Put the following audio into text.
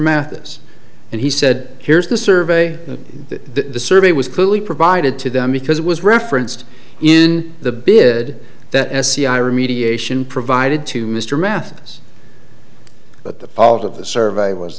mathis and he said here's the survey that the survey was clearly provided to them because it was referenced in the bid that sci remediation provided to mr math but the fault of the survey was